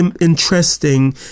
interesting